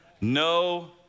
No